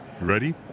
Ready